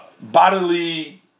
bodily